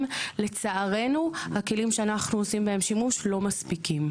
לצערנו הכלים שאנחנו עושים בהם שימוש לא מספיקים.